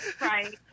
Right